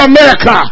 America